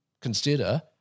consider